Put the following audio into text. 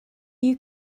you